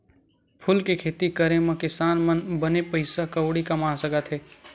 फूल के खेती करे मा किसान मन बने पइसा कउड़ी कमा सकत हे